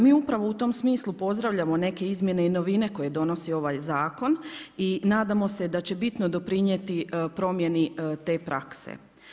Mi upravo u tom smislu pozdravljamo neke izmjene i novine koje donosi ovaj zakon i nadamo se da će bitno doprinijeti promjeni te prakse.